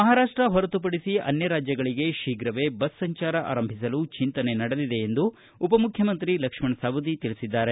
ಮಹಾರಾಪ್ಷ ಹೊರತುಪಡಿಸಿ ಅನ್ನ ರಾಜ್ಯಗಳಿಗೆ ಶೀಘವೇ ಬಸ್ ಸಂಚಾರ ಆರಂಭಿಸಲು ಚಿಂತನೆ ನಡೆದಿದೆ ಎಂದು ಉಪಮುಖ್ಯಮಂತ್ರಿ ಲಕ್ಷ್ಮಣ ಸವದಿ ತಿಳಿಸಿದ್ದಾರೆ